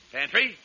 Pantry